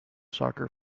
soccer